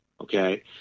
okay